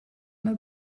mae